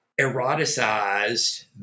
eroticized